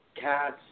cat's